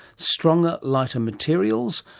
stronger, light materials,